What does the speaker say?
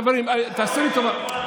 חברים, תעשו לי טובה.